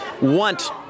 want